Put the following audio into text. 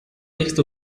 esta